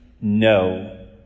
No